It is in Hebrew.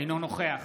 אינו נוכח